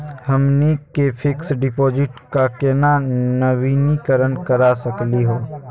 हमनी के fix deposit क केना नवीनीकरण करा सकली हो?